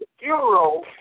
euro